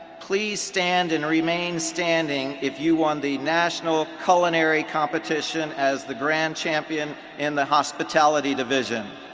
please stand and remain standing if you won the national culinary competition as the grand champion in the hospitality division.